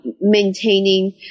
maintaining